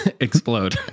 explode